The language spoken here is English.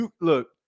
Look